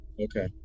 Okay